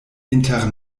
inter